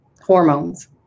hormones